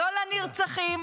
לא לנרצחים